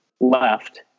left